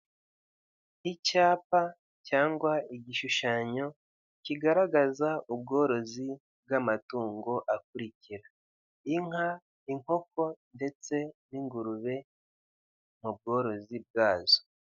Icyapa cyangwa igishushanyo kigaragaza ubworozi bw' amatungo akurikira:nka ,inkoko ndetse n' ingurube ,mubworozi bwazo.